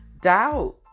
doubt